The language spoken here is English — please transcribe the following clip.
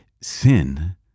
Sin